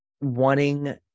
wanting